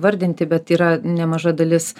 vardinti bet yra nemaža dalis